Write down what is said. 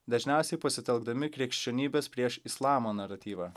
dažniausiai pasitelkdami krikščionybės prieš islamą naratyvą